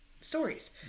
stories